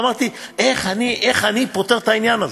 ואמרתי: איך אני פותר את העניין הזה?